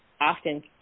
often